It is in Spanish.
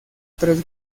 tres